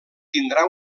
tindrà